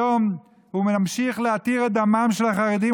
היום הוא ממשיך להתיר את דמם של החרדים